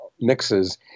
mixes